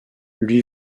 lui